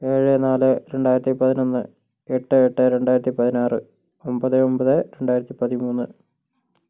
ഏഴ് നാല് രണ്ടായിരത്തി പതിനൊന്ന് എട്ട് എട്ട് രണ്ടായിരത്തി പതിനാറ് ഒമ്പത് ഒമ്പത് രണ്ടായിരത്തി പതിമൂന്ന്